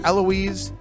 Eloise